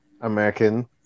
American